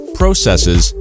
processes